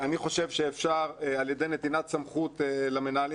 אני חושב שעל ידי נתינת סמכות למנהלים,